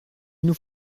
nous